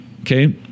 okay